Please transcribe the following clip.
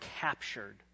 captured